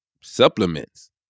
supplements